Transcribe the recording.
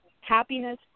happiness